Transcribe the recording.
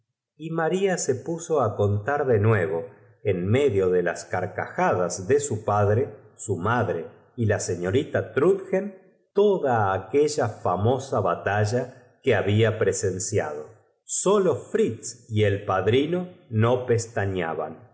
y maría se puso á contar de nuevo en es muy hábil es de esperar que á poco medio de las carcajadas de su padre su que os quiera os socorrerá eficazmento madre y la señorita trudchen toda aquea pesar de la elocuencia de esto discur lla famosa batalla que babia presenciado so cascanueces no se movió pero le sólo frilz y el padrino no pestañeaban